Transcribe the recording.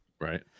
Right